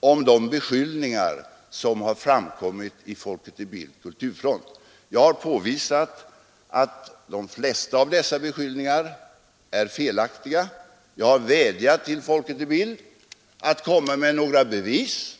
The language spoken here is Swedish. om de beskyllningar som har framkommit i Folket i Bild kulturfront. Jag har påvisat att de flesta av dessa beskyllningar är felaktiga. Jag har vädjat till Folket i Bild att komma med bevis.